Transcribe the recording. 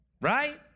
Right